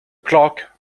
clark